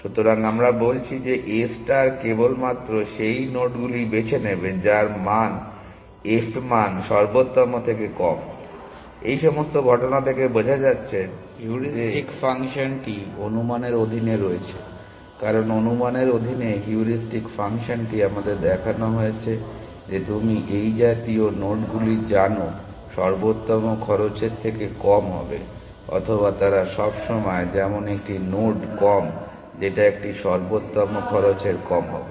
সুতরাং আমরা বলছি যে a ষ্টার কেবলমাত্র সেই নোডগুলি বেছে নেবে যার f মান সর্বোত্তম থেকে কম এই সমস্ত ঘটনা থেকে বোঝা যাচ্ছে যে হিউরিস্টিক ফাংশনটি অনুমানের অধীনে রয়েছে কারণ অনুমানের অধীনে হিউরিস্টিক ফাংশনটি আমাদের দেখানো হয়েছে যে তুমি এই জাতীয় নোডগুলি জানো সর্বোত্তম খরচের থেকে কম হবে অথবা তারা সবসময় যেমন একটি নোড কম যেটা একটি সর্বোত্তম খরচের কম হবে